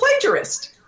plagiarist